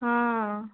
ହଁ